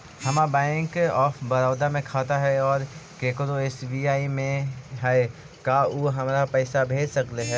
हमर bank of Baroda में खाता है और केकरो एस.बी.आई में है का उ हमरा पर पैसा भेज सकले हे?